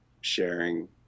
sharing